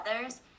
others